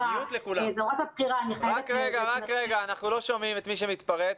--- רק רגע, אנחנו לא שומעים את מי שהתפרץ.